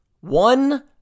One